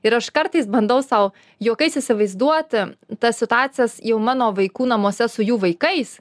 ir aš kartais bandau sau juokais įsivaizduoti tas situacijas jau mano vaikų namuose su jų vaikais